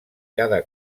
cada